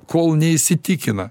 kol neįsitikina